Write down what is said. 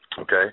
okay